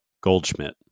Goldschmidt